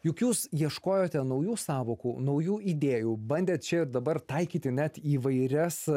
juk jūs ieškojote naujų sąvokų naujų idėjų bandėt čia ir dabar taikyti net įvairias